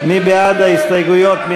מי בעד ההסתייגויות?